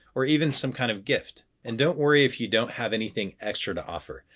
or even some kind of gift. and don't worry if you don't have anything extra to offer.